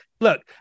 look